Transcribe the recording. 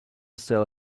sell